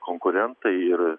konkurentai ir